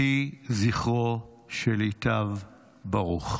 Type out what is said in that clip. יהי זכרו של ייטב ברוך.